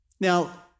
Now